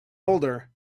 older